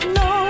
no